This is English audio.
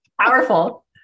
Powerful